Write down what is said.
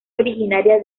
originaria